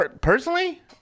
personally